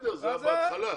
זה היה בהתחלה.